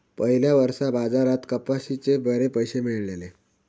पयल्या वर्सा बाजारात कपाशीचे बरे पैशे मेळलले